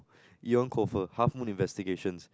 Eoin Colfer Half Moon Investigations